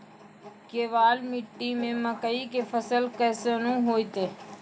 केवाल मिट्टी मे मकई के फ़सल कैसनौ होईतै?